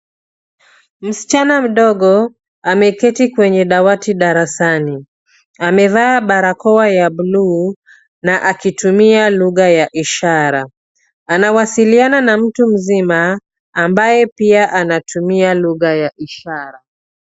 Msichana mdogo ameketi kwenye dawati darasani. Amevaa barakoa ya bluu na akitumia lugha ya ishara. Anawasiliana na mtu mzima, ambaye pia anatumia lugha ya ishara.